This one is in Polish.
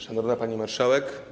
Szanowna Pani Marszałek!